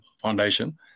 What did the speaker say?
foundation